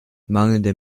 mangelnde